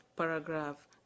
Paragraph